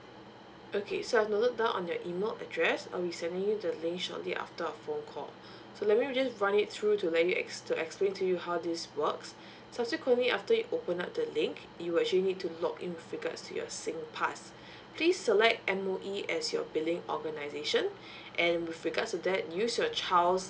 okay so I've noted down on your email address I'll be sending you the link shortly after our phone call so let me just run it through to let you ex~ to explain to you how this works subsequently after you open up the link you actually need to log in with regards to your singpass please select M_O_E as your billing organisation and with regards to that use your child's